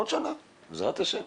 אבל התור בעוד שנה בעזרת השם.